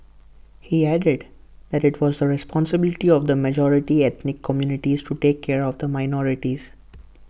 he added that IT was the responsibility of the majority ethnic communities to take care of the minorities